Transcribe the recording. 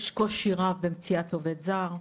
יש קושי רב במציאת עובד זר.